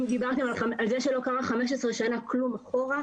דברתם שלא קרה כלום 15 שנה אחורה,